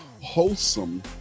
wholesome